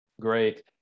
Great